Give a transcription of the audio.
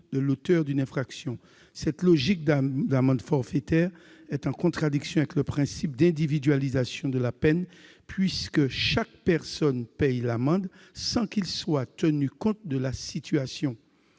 de l'auteur d'une infraction. Cette logique d'amende forfaitaire est en contradiction avec le principe d'individualisation de la peine, puisque chaque personne paye l'amende sans qu'il soit tenu compte de la situation.